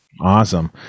awesome